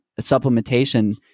supplementation